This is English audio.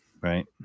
right